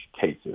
cases